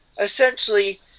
essentially